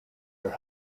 her